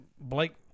Blake